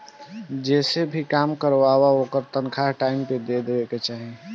जेसे भी काम करवावअ ओकर तनखा टाइम पअ दे देवे के चाही